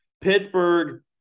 pittsburgh